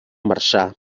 marçà